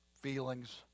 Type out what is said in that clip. feelings